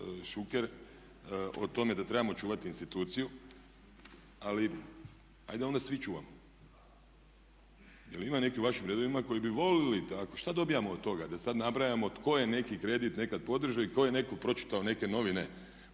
Šuker o tome da trebamo čuvati instituciju, ali ajde onda da svi čuvamo. Jel ima nekih u vašim redovima koji bi volili, šta dobijamo od toga da sad nabrajamo tko je neki kredit nekad podržao, i ko je nekad pročitao neke novine